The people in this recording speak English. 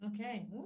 okay